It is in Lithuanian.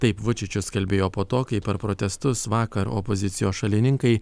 taip vučičius kalbėjo po to kai per protestus vakar opozicijos šalininkai